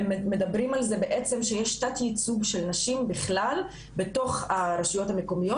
הם מדברים על זה שיש תת ייצוג של נשים בכלל בתוך הרשויות המקומיות